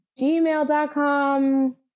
gmail.com